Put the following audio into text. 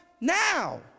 now